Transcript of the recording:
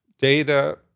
data